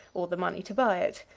or the money to buy it.